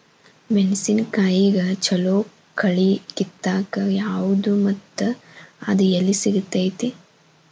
ಮೆಣಸಿನಕಾಯಿಗ ಛಲೋ ಕಳಿ ಕಿತ್ತಾಕ್ ಯಾವ್ದು ಮತ್ತ ಅದ ಎಲ್ಲಿ ಸಿಗ್ತೆತಿ?